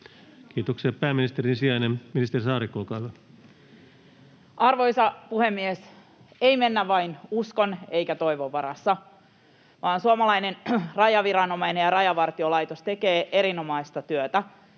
Kiitoksia. — Pääministerin sijainen, ministeri Saarikko, olkaa hyvä. Arvoisa puhemies! Ei mennä vain uskon eikä toivon varassa, vaan suomalainen rajaviranomainen ja Rajavartiolaitos tekee erinomaista työtä.